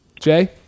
Jay